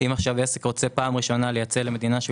אם עכשיו רוצה עסק פעם ראשונה לייצא למדינה שהוא